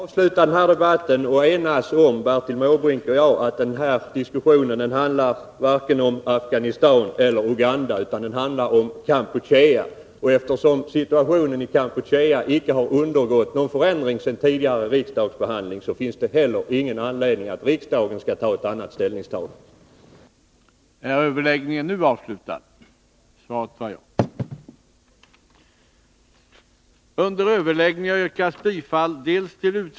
Herr talman! Jag tror att Bertil Måbrink och jag kan avsluta den här debatten med att enas om att denna diskussion inte handlar vare sig om Afghanistan eller om Uganda utan om Kampuchea. Eftersom situationen i Kampuchea icke har undergått någon förändring sedan den senast behandlades i riksdagen, finns det inte heller någon anledning för riksdagen att ändra sitt ställningstagande.